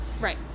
Right